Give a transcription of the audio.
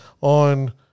on